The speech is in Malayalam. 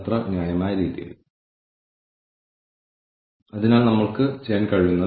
നമ്മളുടെ ആത്യന്തിക ലക്ഷ്യം എന്താണെന്നതിന്റെ അടിസ്ഥാനത്തിൽ നമ്മൾ ഈ പാരാമീറ്ററുകൾ വിലയിരുത്തുന്നു